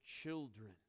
children